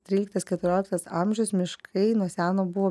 tryliktas keturioliktas amžius miškai nuo seno buvo